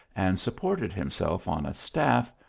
and supported himself on a staff,